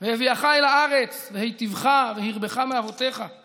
והביאך, אל הארץ, והיטִבך והרבך מאבותיך";